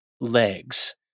legs